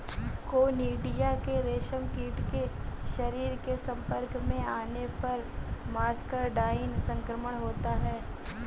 conidia के रेशमकीट के शरीर के संपर्क में आने पर मस्करडाइन संक्रमण होता है